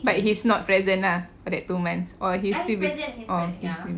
but he's not present lah for that two months or he's still orh